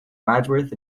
wadsworth